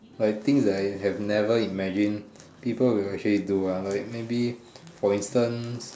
like things that I have never imagine people would actually do ah like maybe for instance